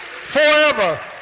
forever